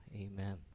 amen